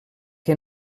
que